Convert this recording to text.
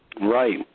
Right